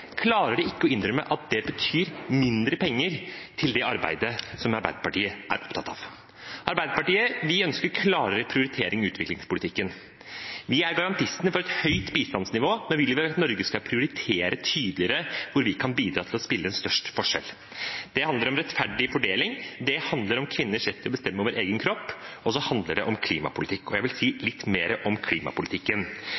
klarer de ikke å innrømme at det betyr mindre penger til det arbeidet som Arbeiderpartiet er opptatt av. Arbeiderpartiet ønsker en klarere prioritering i utviklingspolitikken. Vi er garantistene for et høyt bistandsnivå, der vi vil at Norge skal prioritere tydeligere hvor vi kan bidra til å gjøre størst forskjell. Det handler om rettferdig fordeling, det handler om kvinners rett til å bestemme over egen kropp, og det handler om klimapolitikk. Og jeg vil si